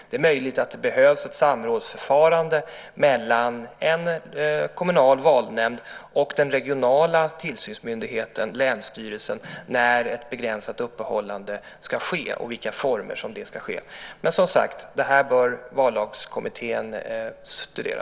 Det är möjligt att det behövs ett samrådsförfarande mellan en kommunal valnämnd och den regionala tillsynsmyndigheten, länsstyrelsen, när ett begränsat öppethållande ska ske och under vilka former det ska ske. Det bör Vallagskommittén studera.